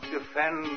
defend